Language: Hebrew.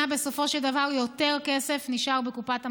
בסופו של דבר יותר כסף נשאר בקופת המדינה.